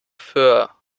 föhr